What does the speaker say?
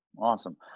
Awesome